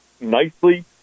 nicely